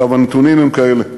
הנתונים הם כאלה,